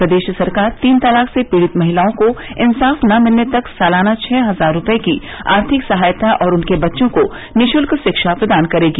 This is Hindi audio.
प्रदेश सरकार तीन तलाक से पीड़ित महिलाओं को इंसाफ न मिलने तक सालाना छह हजार रूपये की आर्थिक सहायता और उनके बच्चों को निःशुल्क शिक्षा प्रदान करेगी